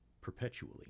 perpetually